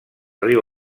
riu